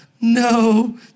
no